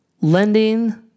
lending